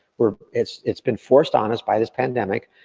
where it's it's been forced on us by this pandemic,